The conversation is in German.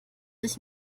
ich